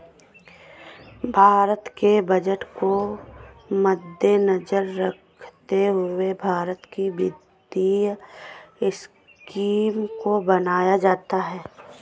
भारत के बजट को मद्देनजर रखते हुए भारत की वित्तीय स्कीम को बनाया जाता है